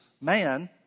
man